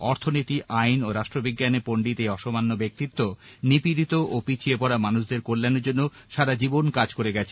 অর্থনীতি আইন ও রাষ্ট্রবিজ্ঞানে পন্ডিত এই অসামান্য ব্যক্তিত্ব নিপীড়িত ও পিছিয়ে পড়া মানুষদের কল্যাণের জন্য সারা জীবন কাজ করে গেছেন